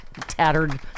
Tattered